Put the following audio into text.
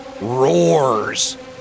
roars